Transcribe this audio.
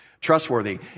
trustworthy